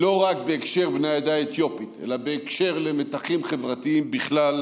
לא רק בהקשר בני העדה האתיופית אלא בהקשר של מתחים חברתיים בכלל,